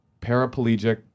paraplegic